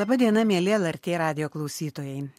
laba diena mieli lrt radijo klausytojai